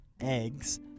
eggs